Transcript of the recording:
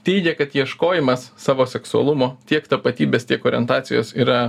teigia kad ieškojimas savo seksualumo tiek tapatybės tiek orientacijos yra